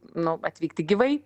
nu atvykti gyvai